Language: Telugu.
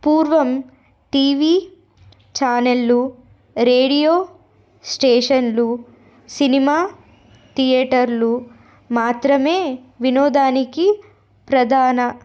పూర్వం టీవీ ఛానళ్ళు రేడియో స్టేషన్లు సినిమా థియేటర్లు మాత్రమే వినోదానికి ప్రధాన